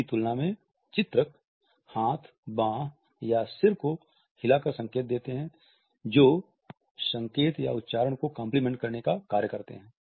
इसकी तुलना में चित्रक हाथ बांह या सिर को को हिला कर संकेत देते हैं जो संकेत या उच्चारण को कॉम्प्लीमेंट करने के का कार्य करते हैं